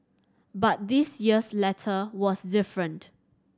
but this year's letter was different